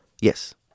Yes